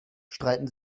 streiten